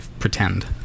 pretend